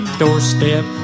doorstep